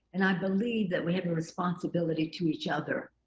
and i believe that we have a responsibility to each other.